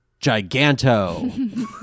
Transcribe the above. Giganto